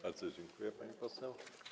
Bardzo dziękuję, pani poseł.